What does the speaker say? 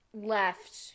left